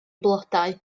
blodau